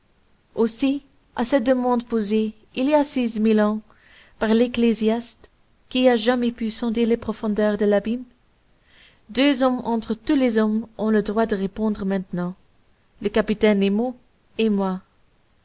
aussi à cette demande posée il y a six mille ans par l'éccclésiaste qui a jamais pu sonder les profondeurs de l'abîme deux hommes entre tous les hommes ont le droit de répondre maintenant le capitaine nemo et moi